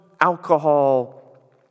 alcohol